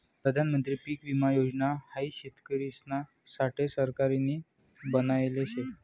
प्रधानमंत्री पीक विमा योजना हाई शेतकरिसना साठे सरकारनी बनायले शे